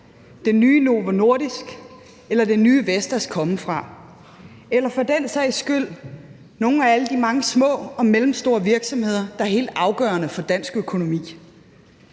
det nye Novo Nordisk eller det nye Vestas komme fra? Eller hvor skal for den sags skyld nogle af alle de mange små og mellemstore virksomheder, der er helt afgørende for dansk økonomi,